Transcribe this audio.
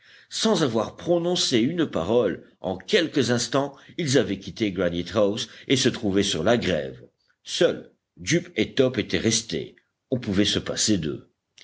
sans avoir prononcé une parole en quelques instants ils avaient quitté granite house et se trouvaient sur la grève seuls jup et top étaient restés on pouvait se passer d'eux